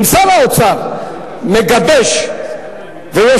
אם שר האוצר מגבש ויושב,